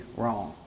wrong